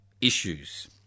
issues